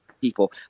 people